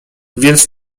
więc